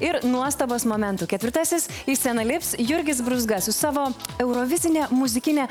ir nuostabos momentų ketvirtasis į sceną lips jurgis brūzga su savo eurovizine muzikinė